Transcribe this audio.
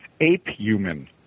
ape-human